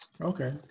Okay